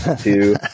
two